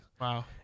wow